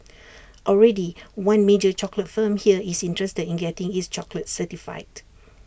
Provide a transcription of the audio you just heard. already one major chocolate firm here is interested in getting its chocolates certified